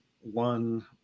one